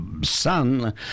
son